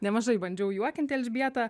nemažai bandžiau juokinti elžbietą